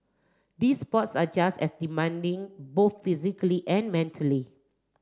these sports are just as demanding both physically and mentally